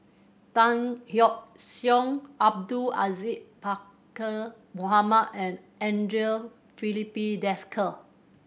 Tan Yeok Seong Abdul Aziz Pakkeer Mohamed and Andre Filipe Desker